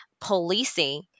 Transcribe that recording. policing